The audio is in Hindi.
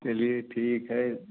चलिये ठीक है